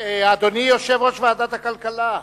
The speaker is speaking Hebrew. אדוני יושב-ראש ועדת הכלכלה,